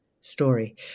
story